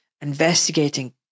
investigating